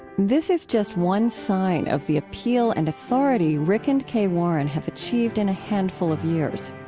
this is just one sign of the appeal and authority rick and kay warren have achieved in a handful of years.